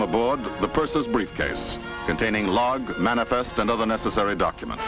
item aboard the purses briefcase containing log manifest and other necessary document